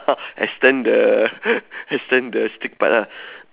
extend the extend the stick part ah